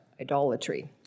idolatry